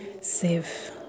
save